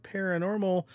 Paranormal